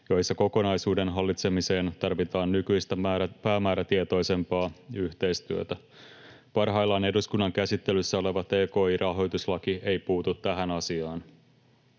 joissa kokonaisuuden hallitsemiseen tarvitaan nykyistä päämäärätietoisempaa yhteistyötä. Parhaillaan eduskunnan käsittelyssä oleva tki-rahoituslaki ei puutu tähän asiaan.